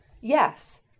Yes